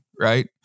right